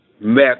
Met